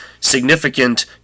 significant